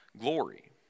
glory